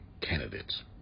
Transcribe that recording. candidates